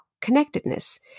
connectedness